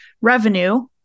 revenue